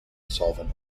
solvent